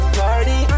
party